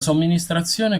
somministrazione